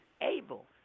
able